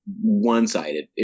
one-sided